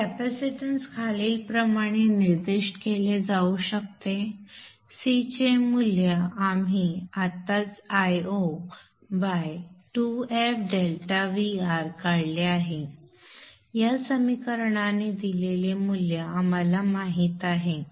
तर कॅपॅसिटन्स खालील प्रमाणे निर्दिष्ट केले जाऊ शकते C चे मूल्य आपण आत्ताच Io 2f∆Vr काढले आहे या समीकरणाने दिलेले मूल्य आम्हाला माहित आहे